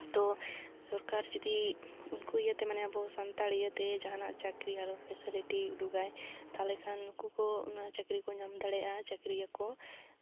ᱛᱚ ᱥᱚᱨᱠᱟᱨ ᱡᱩᱫᱤ ᱩᱱᱠᱩ ᱤᱭᱟᱹᱛᱮ ᱢᱟᱱᱮ ᱟᱵᱚ ᱥᱟᱣᱱᱛᱟᱲ ᱤᱭᱟᱹᱛᱮ ᱡᱟᱟᱸᱱᱟᱜ ᱪᱟᱹᱠᱨᱤ ᱟᱨ ᱯᱷᱮᱥᱮᱞᱤᱴᱤ ᱩᱰᱩᱜᱟᱭ ᱛᱟᱦᱚᱞᱮ ᱠᱷᱟᱱ ᱩᱱᱠᱩ ᱠᱚ ᱚᱱᱟ ᱪᱟᱹᱠᱨᱤ ᱠᱚ ᱧᱟᱢ ᱫᱟᱲᱮᱭᱟᱜᱼᱟ ᱟᱨ ᱪᱟᱹᱠᱨᱤᱭᱟᱠᱚ